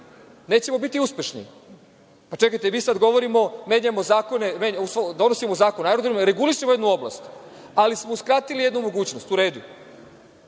nećemo biti uspešni. Pa čekajte, mi sada govorimo, donosimo zakon o aerodromu, regulišemo jednu oblast, ali smo uskratili jednu mogućnost, u redu.